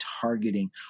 targeting